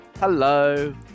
Hello